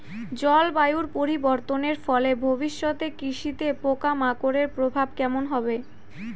জলবায়ু পরিবর্তনের ফলে ভবিষ্যতে কৃষিতে পোকামাকড়ের প্রভাব কেমন হবে?